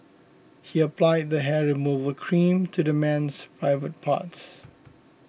he applied the hair removal cream to the man's private parts